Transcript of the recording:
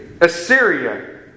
Assyria